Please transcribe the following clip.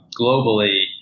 globally